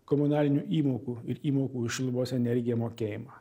komunalinių įmokų ir įmokų už šilumos energiją mokėjimą